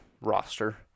roster